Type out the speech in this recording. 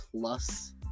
Plus